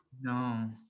no